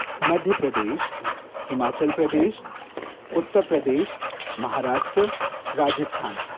Madhya Pradesh Himachal Pradesh Uttar Pradesh Maharashtra Rajasthan